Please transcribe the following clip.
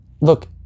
look